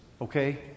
okay